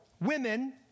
women